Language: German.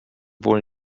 wohl